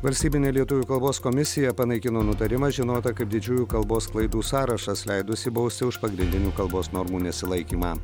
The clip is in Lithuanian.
valstybinė lietuvių kalbos komisija panaikino nutarimą žinotą kaip didžiųjų kalbos klaidų sąrašas leidusį bausti už pagrindinių kalbos normų nesilaikymą